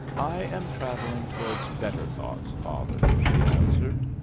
i am travelling towards better thoughts, father, she answered.